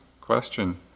question